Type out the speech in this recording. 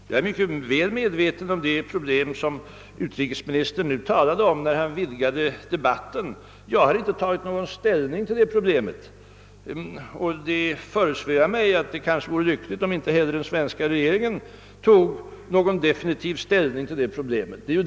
Herr talman! Jag är väl medveten om det problem som utrikesministern talade om när han här vidgade debatten. Jag har inte tagit någon ställning till detta problem. Det föresvävar mig att det kanske vore lyckligt, om inte heller den svenska regeringen toge någon definitiv ställning till det.